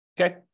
Okay